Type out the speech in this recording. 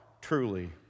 truly